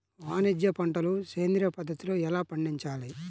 వాణిజ్య పంటలు సేంద్రియ పద్ధతిలో ఎలా పండించాలి?